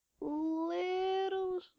Little